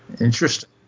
interesting